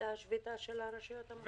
הייתה שביתה של הרשויות המקומיות המוחלשות.